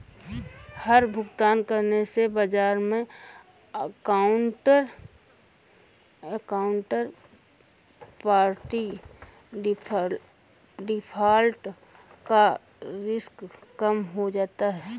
हर भुगतान करने से बाजार मै काउन्टरपार्टी डिफ़ॉल्ट का रिस्क कम हो जाता है